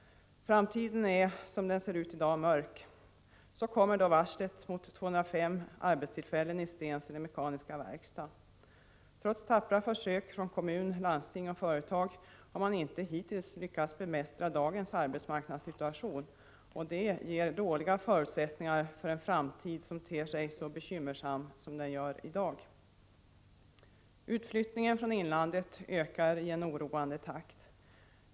Framtiden är, som det ser ut i dag, mörk. Så kommer då varslet mot 205 arbetstillfällen i Stensele Mekaniska Verkstad. Trots tappra försök från kommun, landsting och företag har man hittills inte lyckats bemästra dagens arbetsmarknadssituation, och det ger dåliga förutsättningar för en framtid som ter sig så bekymmersam som den gör i dag. Utflyttningen från inlandet ökar i en oroande takt.